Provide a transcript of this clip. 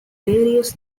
various